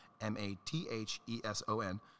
M-A-T-H-E-S-O-N